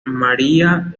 maria